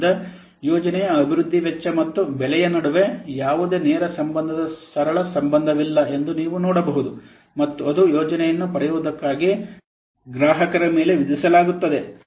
ಆದ್ದರಿಂದ ಯೋಜನೆಯ ಅಭಿವೃದ್ಧಿ ವೆಚ್ಚ ಮತ್ತು ಬೆಲೆಯ ನಡುವೆ ಯಾವುದೇ ನೇರ ಸಂಬಂಧದ ಸರಳ ಸಂಬಂಧವಿಲ್ಲ ಎಂದು ನೀವು ನೋಡಬಹುದು ಮತ್ತು ಅದು ಯೋಜನೆಯನ್ನು ಪಡೆಯುವುದಕ್ಕಾಗಿ ಗ್ರಾಹಕರಿಗೆ ಮೇಲೆ ವಿಧಿಸಲಾಗುತ್ತದೆ